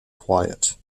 quiet